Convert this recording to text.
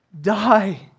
Die